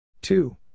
Two